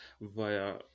via